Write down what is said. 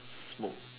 smoke